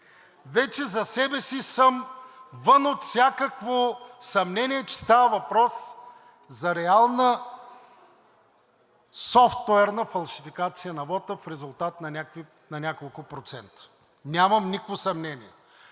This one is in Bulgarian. Вече за себе си съм вън от всякакво съмнение, че става въпрос за реална софтуерна фалшификация на вота в резултат на няколко процента. Нямам никакво съмнение.